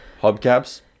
hubcaps